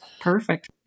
Perfect